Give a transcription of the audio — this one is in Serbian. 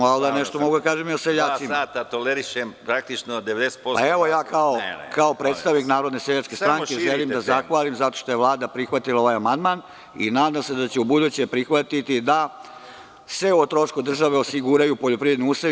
Valjda nešto mogu da kažem i o seljacima. (Predsedavajući: Samo širite temu.) Kao predstavnik Narodne seljačke stranke želim da se zahvalim što je Vlada prihvatila ovaj amandman i nadam se da će ubuduće prihvatiti da se o trošku države osiguraju poljoprivredni usevi.